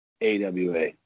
AWA